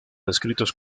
descritos